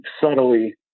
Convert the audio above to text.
subtly